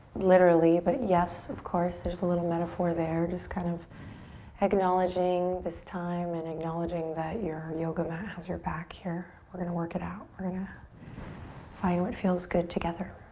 literally, but yes, of course, there's a little metaphor there. just kind of acknowledging this time and acknowledging that your yoga mat has your back here. we're gonna work it out. we're gonna find what feels good together.